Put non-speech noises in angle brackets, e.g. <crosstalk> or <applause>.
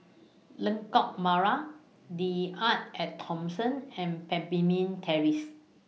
Lengkok Merak The Arte At Thomson and <unintelligible> Terrace